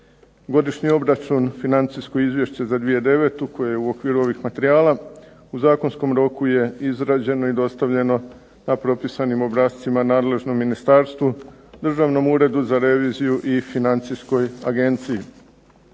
Godišnji obračun, financijsko izvješće za 2009. koje je u okviru ovih materijala u zakonskom roku je izrađeno i dostavljeno na propisanim obrascima nadležnom ministarstvu, Državnom uredu za reviziju i financijskoj agenciji.